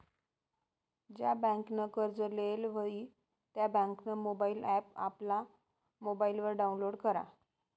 ज्या बँकनं कर्ज लेयेल व्हयी त्या बँकनं मोबाईल ॲप आपला मोबाईलवर डाऊनलोड करा